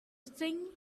thing